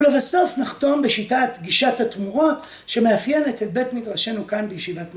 ולבסוף נחתום בשיטת גישת התמורות שמאפיינת את בית מדרשנו כאן בישיבת...